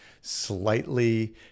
slightly